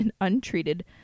untreated